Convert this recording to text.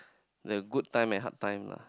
the good time and hard time lah